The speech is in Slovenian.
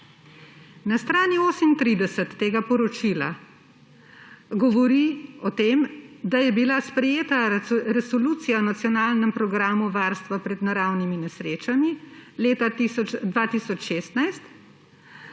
Na strani 38 tega poročila se govori o tem, da je bila sprejeta Resolucija o nacionalnem programu varstva pred naravnimi in drugimi nesrečami leta 2016,